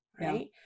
Right